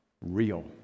real